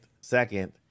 second